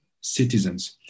citizens